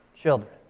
children